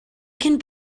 cyn